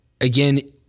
again